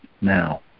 now